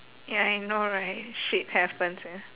ya I know right shit happens ya